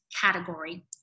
category